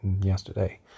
yesterday